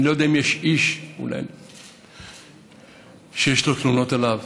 אני לא יודע אם יש איש שיש לו תלונות עליו,